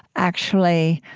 actually,